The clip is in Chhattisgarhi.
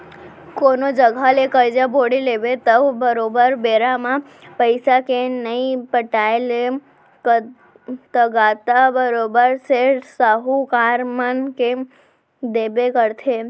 कोनो जघा ले करजा बोड़ी लेबे त बरोबर बेरा म पइसा के नइ पटाय ले तगादा बरोबर सेठ, साहूकार मन ह देबे करथे